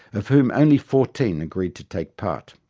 of whom only fourteen agreed to take part.